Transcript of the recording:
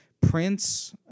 Prince